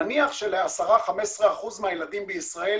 נניח של-15% מהילדים בישראל